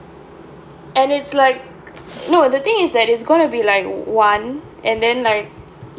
and it's like no the thing is that is going to be like one and then like